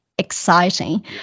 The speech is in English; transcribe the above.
Exciting